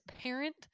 parent